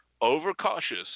overcautious